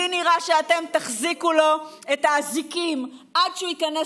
לי נראה שאתם תחזיקו לו את האזיקים עד שהוא ייכנס